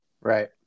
right